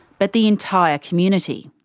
but the entire community.